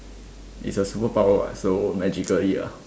it's a superpower what so magically ah